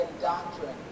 doctrine